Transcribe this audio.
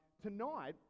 Tonight